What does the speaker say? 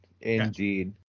indeed